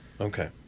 okay